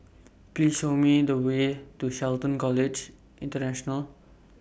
Please Show Me The Way to Shelton College International